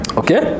okay